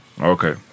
Okay